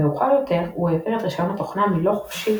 מאוחר יותר הוא העביר את רישיון התוכנה מ"לא חופשית"